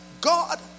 God